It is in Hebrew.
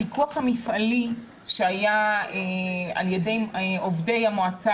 הפיקוח המפעלי שהיה על ידי עובדי המועצה